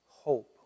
Hope